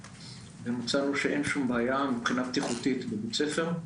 ומצאנו שאין שום בעיה מבחינה בטיחותית בבית הספר.